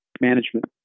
management